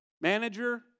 manager